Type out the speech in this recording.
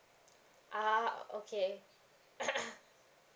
ah okay